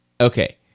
Okay